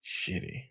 shitty